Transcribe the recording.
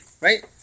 right